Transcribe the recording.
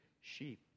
sheep